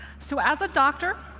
so as a doctor,